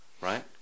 right